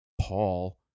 Paul